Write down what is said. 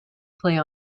play